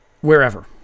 Wherever